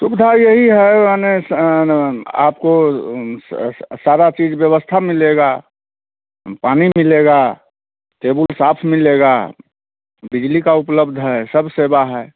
सुविधा यही है मने स आपको सारा चीज़ व्यवस्था मिलेगा पानी मिलेगा टेबुल साफ़ मिलेगा बिजली का उपलब्ध है सब सेवा है